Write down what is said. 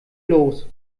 los